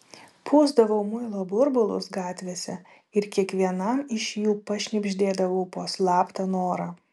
pūsdavau muilo burbulus gatvėse ir kiekvienam iš jų pašnibždėdavau po slaptą norą